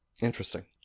Interesting